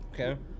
Okay